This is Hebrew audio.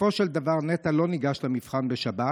בסופו של דבר נטע לא ניגש למבחן בשבת.